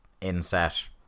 inset